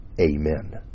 Amen